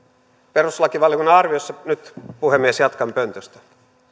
perustuslakivaliokunnan arviossa nyt puhemies jatkan pöntöstä no